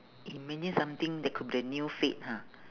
imagine something that could be the new fad ha